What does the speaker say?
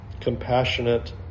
compassionate